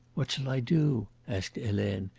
what shall i do? asked helene,